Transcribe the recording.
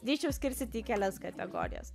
drįsčiau skirstyti į kelias kategorijas